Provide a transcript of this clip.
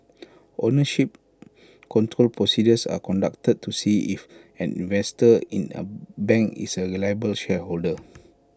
ownership control procedures are conducted to see if an investor in A bank is A reliable shareholder